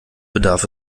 bedarf